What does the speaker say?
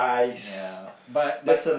ya but but